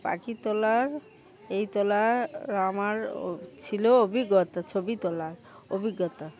পাখি তোলার এই তোলার আমার ছিল অভিজ্ঞতা ছবি তোলার অভিজ্ঞতা